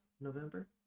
november